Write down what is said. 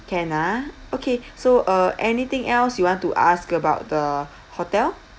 can ah okay so uh anything else you want to ask about the hotel